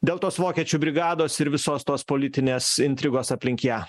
dėl tos vokiečių brigados ir visos tos politinės intrigos aplink ją